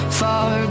far